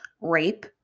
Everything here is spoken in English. rape